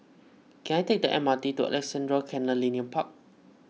can I take the M R T to Alexandra Canal Linear Park